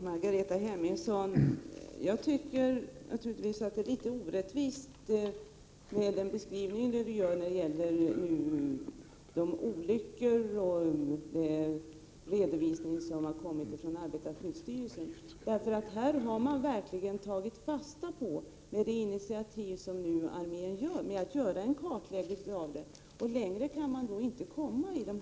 Herr talman! Jag tycker naturligtvis att Margareta Hemmingssons beskrivning är litet orättvis när det gäller olyckor och redovisningen från arbetarskyddsstyrelsen. Det initiativ som armén nu tar genom att göra en kartläggning visar väl att man tar fasta på dessa frågor. Det går inte att komma längre.